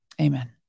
Amen